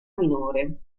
minore